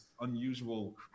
unusual